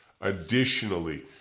Additionally